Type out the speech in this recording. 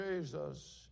Jesus